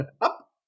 Up